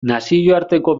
nazioarteko